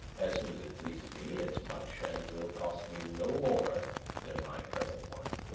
as soon as it pleases me as much and will cost me no more than my present one.